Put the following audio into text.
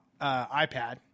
iPad